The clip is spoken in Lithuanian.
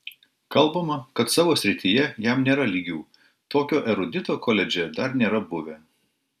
kalbama kad savo srityje jam nėra lygių tokio erudito koledže dar nėra buvę